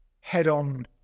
head-on